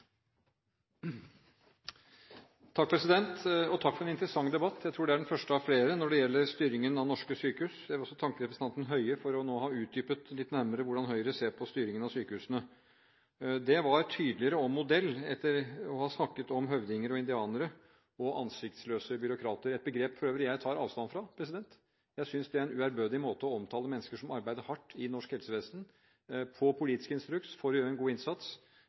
Takk for en interessant debatt. Jeg tror det er den første av flere når det gjelder styringen av norske sykehus. Jeg vil også takke representanten Høie for nå å ha utdypet litt nærmere hvordan Høyre ser på styringen av sykehusene. Det var tydeligere om modell etter at man har snakket om høvdinger og indianere og ansiktsløse byråkrater – et begrep jeg for øvrig tar avstand fra. Jeg synes det er en uærbødig måte å omtale mennesker på som arbeider hardt i norsk helsevesen etter politisk instruks for å gjøre en god innsats.